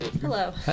Hello